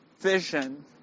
vision